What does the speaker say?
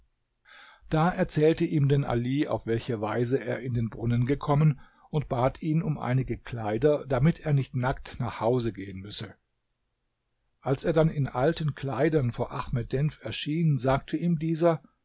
da erzählte ihm denn ali auf welche weise er in den brunnen gekommen und bat ihn um einige kleider damit er nicht nackt nach hause gehen müsse als er dann in alten kleidern vor ahmed denf erschien sagte ihm dieser